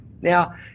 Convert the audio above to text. Now